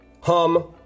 hum